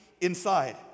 inside